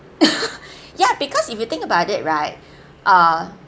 ya because if you think about it right err